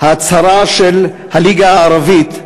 ההצהרה של הליגה הערבית,